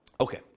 Okay